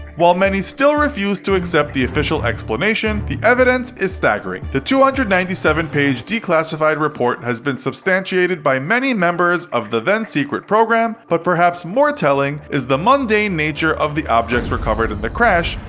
while many still refuse to accept the official explanation, the evidence is staggering. the two hundred and ninety seven page declassified report has been substantiated by many members of the then-secret program, but perhaps more telling is the mundane nature of the objects recovered in the crash,